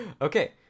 Okay